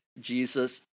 Jesus